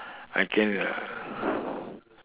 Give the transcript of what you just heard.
I can uh